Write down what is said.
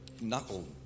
knuckle